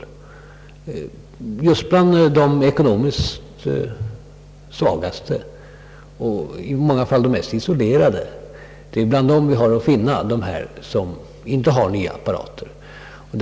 Det är ofta bland de ekonomiskt svagaste och i många fall bland de människor, som lever mest isolerat, som de som saknar radioapparater återfinns.